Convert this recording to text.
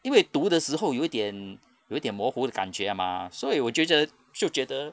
因为读的时候有一点有一点模糊的感觉 mah 所以我就觉得就觉得